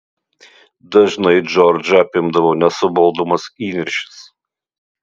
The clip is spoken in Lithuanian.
dažnai džordžą apimdavo nesuvaldomas įniršis